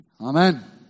Amen